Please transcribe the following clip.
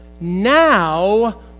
now